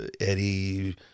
eddie